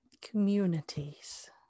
communities